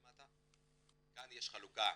כאן יש חלוקה,